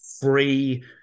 free